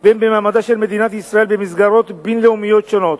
והן במעמדה של מדינת ישראל במסגרות בין-לאומיות שונות.